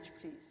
please